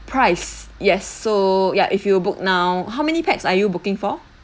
price yes so ya if you book now how many pax are you booking for